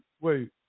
wait